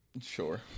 Sure